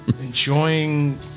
enjoying